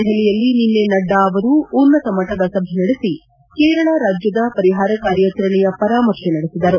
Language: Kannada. ದೆಹಲಿಯಲ್ಲಿ ನಿನೈ ನಡ್ಗಾ ಅವರು ಉನ್ನತ ಮಟ್ಟದ ಸಭೆ ನಡೆಸಿ ಕೇರಳ ರಾಜ್ಯದ ಪರಿಹಾರ ಕಾರ್ಯಾಚರಣೆಯ ಪರಾಮರ್ಶೆ ನಡೆಸಿದರು